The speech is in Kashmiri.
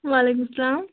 وعلیکم السلام